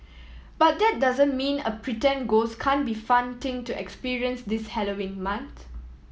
but that doesn't mean a pretend ghost can't be fun thing to experience this Halloween month